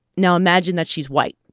now, imagine that she's white.